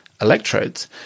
electrodes